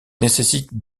nécessitent